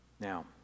Now